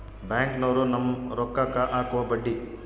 ಬ್ಯಾಂಕ್ನೋರು ನಮ್ಮ್ ರೋಕಾಕ್ಕ ಅಕುವ ಬಡ್ಡಿ